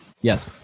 Yes